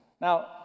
Now